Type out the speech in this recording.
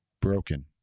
Broken